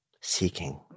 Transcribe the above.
seeking